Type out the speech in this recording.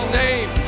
name